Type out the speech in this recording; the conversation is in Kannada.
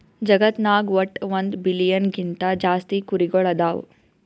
ಜಗತ್ನಾಗ್ ವಟ್ಟ್ ಒಂದ್ ಬಿಲಿಯನ್ ಗಿಂತಾ ಜಾಸ್ತಿ ಕುರಿಗೊಳ್ ಅದಾವ್